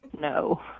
No